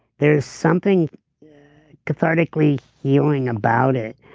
there's something cathartically healing about it.